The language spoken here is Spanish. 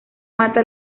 mata